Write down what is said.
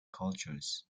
cultures